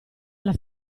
alla